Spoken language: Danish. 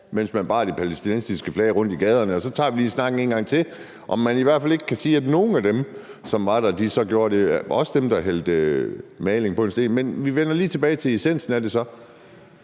mens man bar det palæstinensiske flag rundt i gaderne, og så tager vi lige snakken en gang til om, om man i hvert fald ikke kan sige, at nogle af dem, som var der, gjorde det, også dem, der hældte maling på en sten. Vi vender lige tilbage til essensen af det